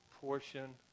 portion